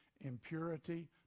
impurity